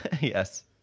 Yes